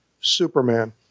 Superman